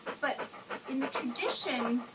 but in the tradition,